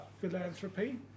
Philanthropy